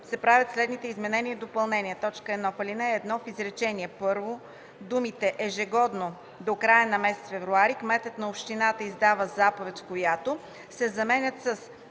се правят следните изменения и допълнения: 1. В ал. 1 в изречение първо думите „Ежегодно, до края на месец февруари, кметът на общината издава заповед, в която” се заменят със